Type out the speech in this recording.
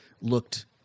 looked